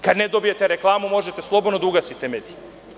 Kad ne dobijete reklamu možete slobodno da ugasite medije.